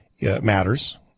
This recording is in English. matters